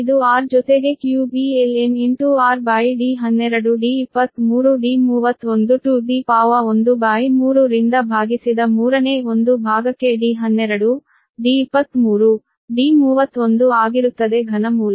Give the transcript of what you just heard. ಇದು r ಜೊತೆಗೆ qb ln r 13 ರಿಂದ ಭಾಗಿಸಿದ ಮೂರನೇ ಒಂದು ಭಾಗಕ್ಕೆ D12 D23 D31 ಆಗಿರುತ್ತದೆ ಘನ ಮೂಲ